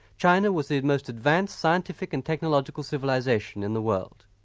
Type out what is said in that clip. china was the most advanced scientific and technological civilisation in the world,